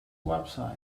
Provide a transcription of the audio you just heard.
website